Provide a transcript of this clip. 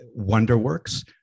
Wonderworks